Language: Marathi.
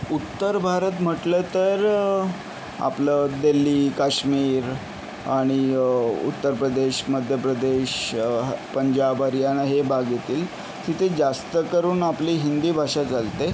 उत्तर भारत म्हटलं तर आपलं दिल्ली काश्मीर आणि उत्तर प्रदेश मध्य प्रदेश ह् पंजाब हरियाणा हे भाग येतील तिथे जास्त करून आपली हिंदी भाषा चालते